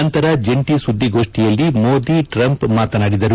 ನಂತರ ಜಂಟಿ ಸುದ್ಗೋಷ್ತಿಯಲ್ಲಿ ಮೋದಿ ಟ್ರಂಪ್ ಮಾತನಾದಿದರು